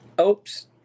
Oops